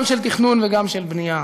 גם של תכנון וגם של בנייה.